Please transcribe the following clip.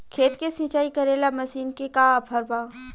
खेत के सिंचाई करेला मशीन के का ऑफर बा?